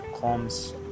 comes